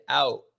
out